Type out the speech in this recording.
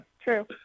True